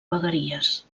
vegueries